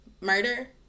murder